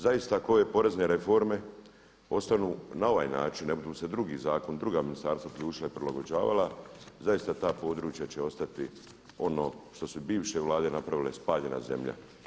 Zaista ako ove porezne reforme ostanu na ovaj način, ne budu se drugi zakoni i druga ministarstva uključila i prilagođavala, zaista ta područja će ostati ono što su bivše vlade napravile „spaljena zemlja“